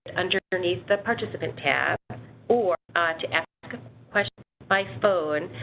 underneath the participant pad or to ask questions by phone